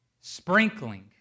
Sprinkling